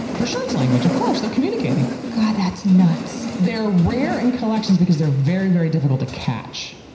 for sure it's language, of course. they're communicating. god, that's nuts. they're rare in collections because they're very, very difficult to catch.